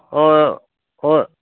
ஓ ஓ